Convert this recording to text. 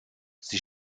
sie